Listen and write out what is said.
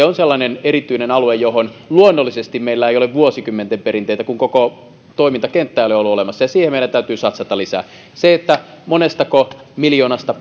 on sellainen erityinen alue johon luonnollisesti meillä ei ole vuosikymmenten perinteitä kun koko toimintakenttä ei ole ollut olemassa siihen meidän täytyy satsata lisää se monestako miljoonasta